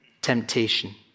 temptation